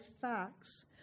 facts